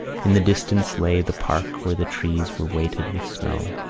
in the distance lay the park where the trees were weighted with snow.